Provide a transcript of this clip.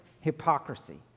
hypocrisy